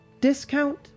discount